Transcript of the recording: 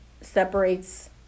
separates